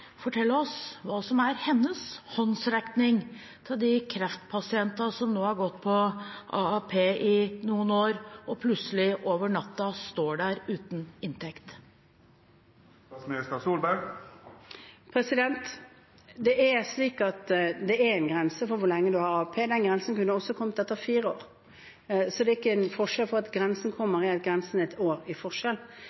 fortelle oss hva som er hennes håndsrekning til de kreftpasientene som nå har gått på AAP i noen år og plutselig over natta står der uten inntekt. Det er en grense for hvor lenge man har AAP – den grensen kunne også kommet etter fire år. Så det er ikke forskjell om grensen kommer et år i forskjell.